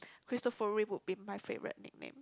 cristofori would be my favorite nickname